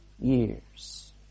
years